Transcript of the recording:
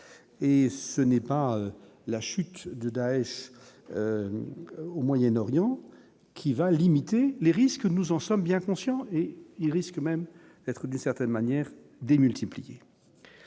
et ce n'est pas la chute de Daech au Moyen-Orient qui va limiter les risques, nous en sommes bien conscients et il risque même d'être d'une certaine manière démultipliée.